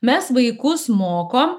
mes vaikus mokom